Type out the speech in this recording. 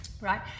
right